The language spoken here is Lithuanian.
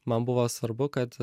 man buvo svarbu kad